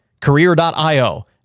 career.io